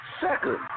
second